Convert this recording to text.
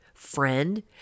Friend